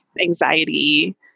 anxiety